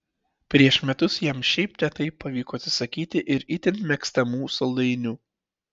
prieš metus jam šiaip ne taip pavyko atsisakyti ir itin mėgstamų saldainių